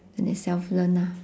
and they self learn lah